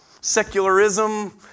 Secularism